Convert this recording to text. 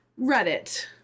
Reddit